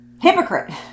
Hypocrite